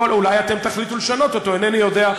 אולי אתם תחליטו לשנות אותו, אינני יודע.